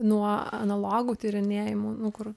nuo analogų tyrinėjimų nu kur